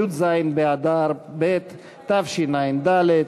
י"ז באדר ב' תשע"ד,